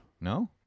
No